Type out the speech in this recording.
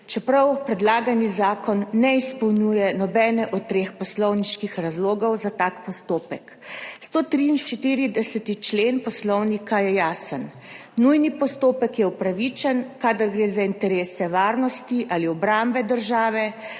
čeprav predlagani zakon ne izpolnjuje nobene od treh poslovniških razlogov za tak postopek. 143. člen Poslovnika je jasen, nujni postopek je upravičen, kadar gre za interese varnosti ali obrambe države